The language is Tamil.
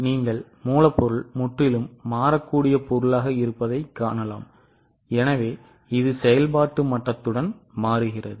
நீங்கள் மூலப்பொருள் முற்றிலும் மாறக்கூடிய பொருளாக இருப்பதைக் காணலாம் எனவே இது செயல்பாட்டு மட்டத்துடன் மாறுகிறது